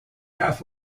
have